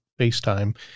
FaceTime